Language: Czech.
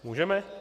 Můžeme?